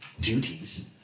duties